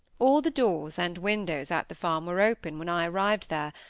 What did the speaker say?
all the doors and windows at the farm were open when i arrived there,